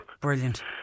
brilliant